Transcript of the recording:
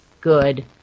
good